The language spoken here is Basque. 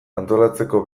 antolatzeko